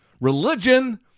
religion